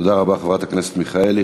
תודה רבה לחברת הכנסת מיכאלי.